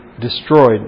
destroyed